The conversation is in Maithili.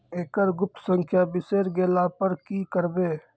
एकरऽ गुप्त संख्या बिसैर गेला पर की करवै?